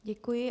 Děkuji.